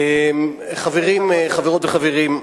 אדוני היושב-ראש, חברות וחברים,